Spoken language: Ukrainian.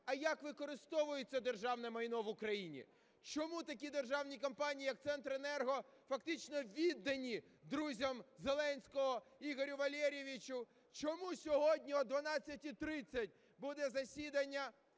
а як використовується державне майно в Україні. Чому такі державні компанії, як "Центренерго", фактично віддані друзям Зеленського, Ігорю Валерійовичу? Чому сьогодні о 12:30 буде засідання